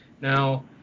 Now